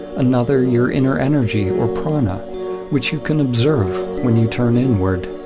another your inner energy or prana which you can observe when you turn inward.